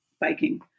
biking